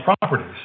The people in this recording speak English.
properties